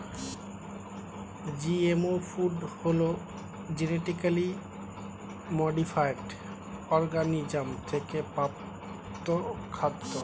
GMO food হলো genetically modified organism থেকে প্রাপ্ত খাদ্য